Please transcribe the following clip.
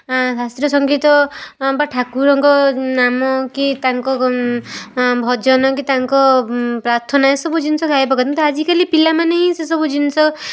ଶାସ୍ତ୍ରୀୟ ସଙ୍ଗୀତ ବା ଠାକୁରଙ୍କ ନାମ କି ତାଙ୍କ ଭଜନ କି ତାଙ୍କ ପ୍ରାର୍ଥନା ଏସବୁ ଜିନିଷ ଗାଇବା କଥା କିନ୍ତୁ ଆଜିକାଲି ପିଲାମାନେ ହିଁ ସେସବୁ ଜିନିଷ